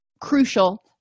crucial